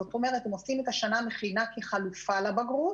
הם עושים את השנה מכינה כחלופה לבגרות